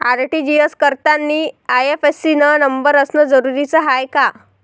RTGS करतांनी IFSC न number असनं जरुरीच हाय का?